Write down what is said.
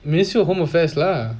ministry of home affairs lah